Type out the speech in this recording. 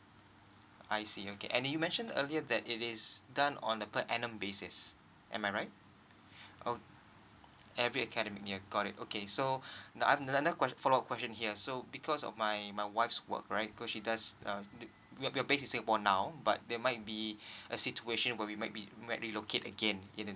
I see okay and you mention earlier that it is done on a per annum basis am I right okay every academic year got it okay so the other another question follow up question here so because of my my wife's work right because she does uh we are base in singapore now but there might be a situation where we might be we might be relocate again in